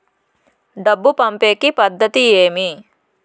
డబ్బు పంపేకి పద్దతి ఏది